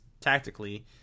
tactically